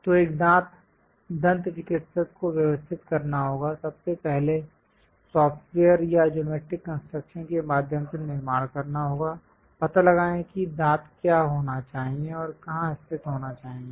तो एक दंत चिकित्सक को व्यवस्थित करना होगा सबसे पहले सॉफ्टवेयर या ज्योमैट्रिक कंस्ट्रक्शन के माध्यम से निर्माण करना होगा पता लगाएं कि दांत क्या होना चाहिए और कहां स्थित होना चाहिए